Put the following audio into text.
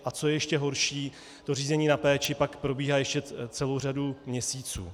A co je ještě horší, to řízení na péči pak probíhá ještě celou řadu měsíců.